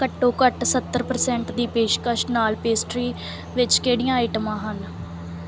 ਘੱਟੋ ਘੱਟ ਸੱਤਰ ਪਰਸੈਂਟ ਦੀ ਪੇਸ਼ਕਸ਼ ਨਾਲ ਪੇਸਟਰੀ ਵਿੱਚ ਕਿਹੜੀਆਂ ਆਈਟਮਾਂ ਹਨ